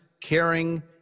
caring